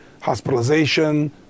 hospitalization